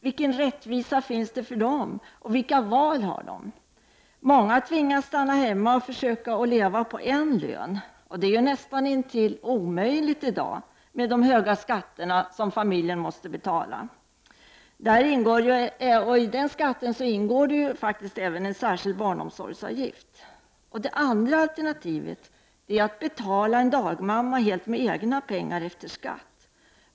Vilken rättvisa finns det för dem? Vilka val har de? Många föräldrar tvingas stanna hemma och försöka leva på en lön, och det är näst intill omöjligt i dag, med de höga skatter som familjen måste betala. I den skatten ingår även en särskild barnomsorgsavgift. Det andra alternativet är att betala en dagmamma helt med egna pengar efter skatt.